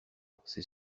c’est